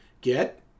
Get